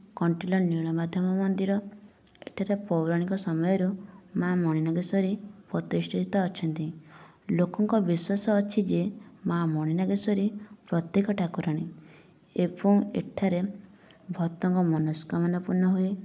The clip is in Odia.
କଣ୍ଟିଲୋ ନୀଳମାଧଵ ମନ୍ଦିର ଏଠାରେ ପୌରାଣିକ ସମୟରୁ ମା' ମଣିନାଗେଶ୍ଵରୀ ପ୍ରତିଷ୍ଠିତ ଅଛନ୍ତି ଲୋକଙ୍କ ବିଶ୍ୱାସ ଅଛି ଯେ ମା' ମଣିନାଗେଶ୍ୱରୀ ପ୍ରତ୍ୟେକ୍ଷ ଠାକୁରାଣୀ ଏବଂ ଏଠାରେ ଭକ୍ତଙ୍କ ମନୋସ୍କାମନା ପୂର୍ଣ୍ଣ ହୁଏ